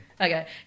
Okay